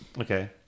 Okay